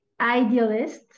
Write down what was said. idealist